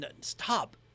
stop